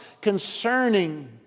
concerning